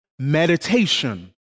Meditation